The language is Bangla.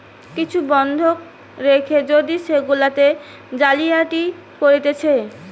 কিছু বন্ধক রেখে যদি সেগুলাতে জালিয়াতি হতিছে